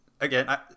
again